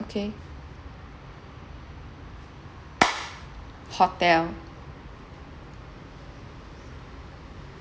okay hotel